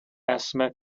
asthma